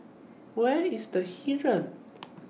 Where IS The Heeren